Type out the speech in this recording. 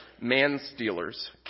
man-stealers